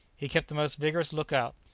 he kept the most vigourous look-out,